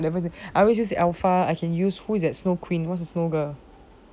I always use alpha I can use who's that snow queen the snow girl